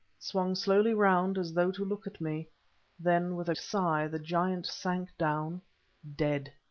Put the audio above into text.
swung slowly round as though to look at me then with a sigh the giant sank down dead.